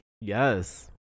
yes